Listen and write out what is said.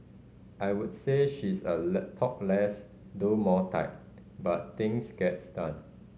I would say she's a talk less do more type but things gets done